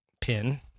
pin